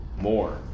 more